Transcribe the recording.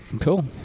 Cool